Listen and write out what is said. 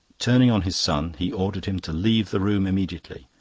turning on his son, he ordered him to leave the room immediately,